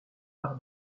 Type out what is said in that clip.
par